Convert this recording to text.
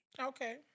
Okay